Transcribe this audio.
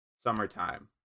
summertime